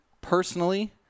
personally